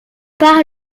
par